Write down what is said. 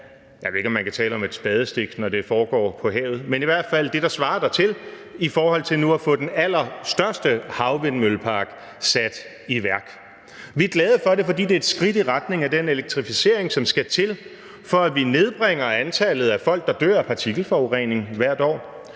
jeg ved ikke, om man kan tale om et spadestik, når det foregår på havet, men i hvert fald det, der svarer dertil, i forhold til nu at få den allerstørste havvindmøllepark sat i værk. Vi er glade for det, fordi det er et skridt i retning af den elektrificering, som skal til, for at vi nedbringer antallet af folk, der dør af partikelforurening hvert år,